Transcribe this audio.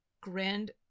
grand